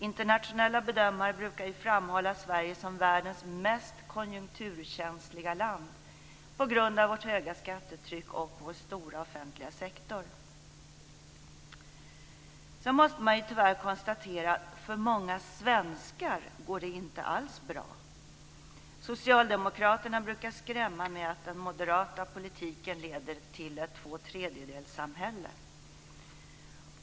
Internationella bedömare brukar ju framhålla Sverige som världens mest konjunkturkänsliga land på grund av vårt höga skattetryck och vår stora offentliga sektor. Sedan måste man tyvärr konstatera att för många svenskar går det inte alls bra. Socialdemokraterna brukar skrämma med att den moderata politiken leder till ett tvåtredjedelssamhälle.